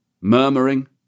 murmuring